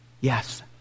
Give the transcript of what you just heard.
Yes